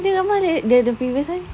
tengok gambar balik the previous [one]